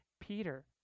Peter